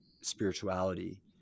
spirituality